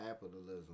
capitalism